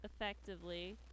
effectively